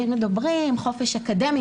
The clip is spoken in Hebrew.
כשמדברים על חופש אקדמי,